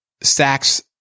stacks